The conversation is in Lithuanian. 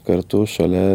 kartu šalia